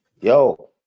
Yo